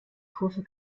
kurve